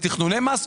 לתכנוני מס.